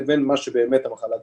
לבין מה שבאמת המחלה גרמה,